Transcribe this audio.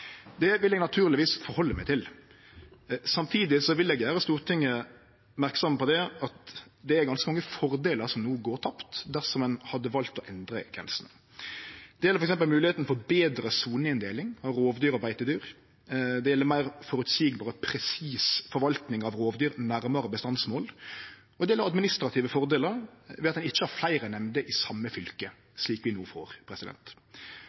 Det vil eg naturlegvis halde meg til. Samtidig vil eg gjere Stortinget merksam på at det er ganske mange fordelar som no går tapt enn dersom ein hadde valt å endre grensene. Det gjeld f.eks. moglegheita for betre soneinndeling av rovdyr og beitedyr. Det gjeld meir føreseieleg og presis forvalting av rovdyr nærare bestandsmål, og det gjeld administrative fordelar, ved at ein ikkje har fleire nemnder i same fylke, slik vi no får.